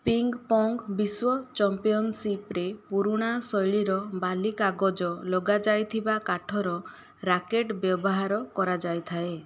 ping pong ବିଶ୍ୱ ଚମ୍ପିଅନସିପରେ ପୁରୁଣା ଶୈଳୀର ବାଲିକାଗଜ ଲଗାଯାଇଥିବା କାଠର ରାକେଟ୍ ବ୍ୟବହାର କରାଯାଇଥାଏ